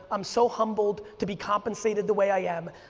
i'm so humbled to be compensated the way i am,